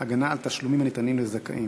(הגנה על תשלומים הניתנים לזכאים).